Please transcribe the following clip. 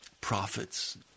prophets